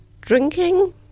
drinking